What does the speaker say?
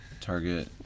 target